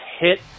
hit